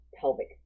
pelvic